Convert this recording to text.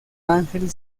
ángel